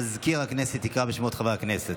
מזכיר הכנסת יקרא בשמות חברי הכנסת.